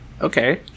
Okay